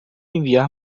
enviar